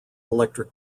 electric